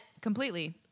completely